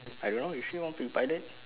I don't know you say want to be pilot